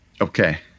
Okay